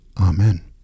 Amen